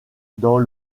dans